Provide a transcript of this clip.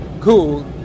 cool